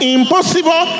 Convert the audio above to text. Impossible